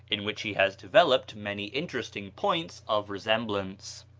in which he has developed many interesting points of resemblance.